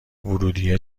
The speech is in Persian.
ورودیه